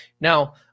Now